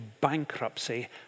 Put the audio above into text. bankruptcy